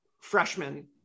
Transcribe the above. freshman